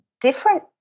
different